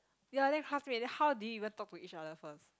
ya then classmate how do you even talk to each other first